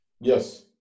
Yes